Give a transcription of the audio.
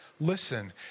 listen